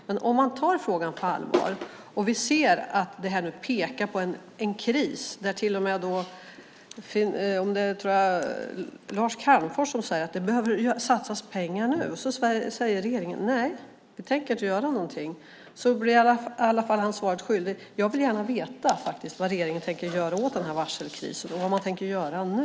Men när det pekar mot en kris och till och med Lars Calmfors säger att det behöver satsas pengar säger regeringen: Nej, vi tänker inte göra någonting. Då blir arbetsmarknadsministern i alla fall svaret skyldig. Jag vill gärna veta vad regeringen tänker göra åt den här varselkrisen och vad man tänker göra nu.